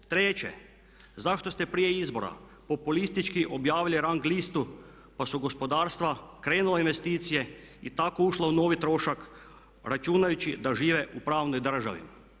Treće, zašto ste prije izbora populistički objavili rang listu pa su gospodarstva krenula u investicije i tako ušla u novi trošak računajući da žive u pravnoj državi?